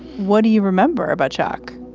what do you remember about t'chak?